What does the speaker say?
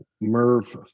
Merv